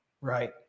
Right